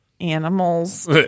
Animals